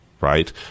Right